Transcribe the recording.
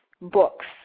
books